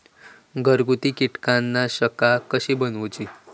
घरगुती कीटकनाशका कशी बनवूची?